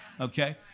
Okay